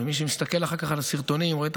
מי שמסתכל אחר כך על הסרטונים רואה את